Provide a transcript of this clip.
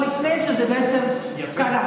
עוד לפני שזה בעצם קרה.